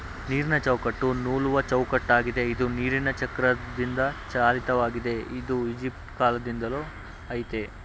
ನೀರಿನಚೌಕಟ್ಟು ನೂಲುವಚೌಕಟ್ಟಾಗಿದೆ ಇದು ನೀರಿನಚಕ್ರದಿಂದಚಾಲಿತವಾಗಿದೆ ಇದು ಈಜಿಪ್ಟಕಾಲ್ದಿಂದಲೂ ಆಯ್ತೇ